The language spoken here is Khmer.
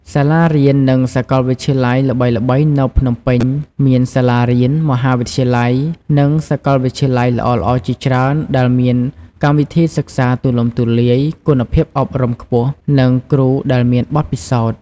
សាលារៀន និងសាកលវិទ្យាល័យល្បីៗនៅភ្នំពេញមានសាលារៀន មហាវិទ្យាល័យ និងសាកលវិទ្យាល័យល្អៗជាច្រើន ដែលមានកម្មវិធីសិក្សាទូលំទូលាយ គុណភាពអប់រំខ្ពស់ និងគ្រូដែលមានបទពិសោធន៍។